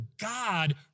God